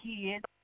kids